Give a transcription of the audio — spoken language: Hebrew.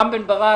רם בן ברק,